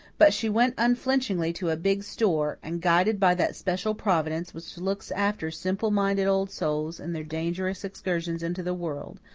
but she went unflinchingly to a big store and, guided by that special providence which looks after simple-minded old souls in their dangerous excursions into the world,